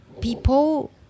people